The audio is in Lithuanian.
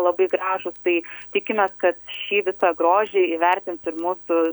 labai gražūs tai tikimės kad šį visą grožį įvertins ir mūsų